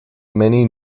many